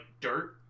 dirt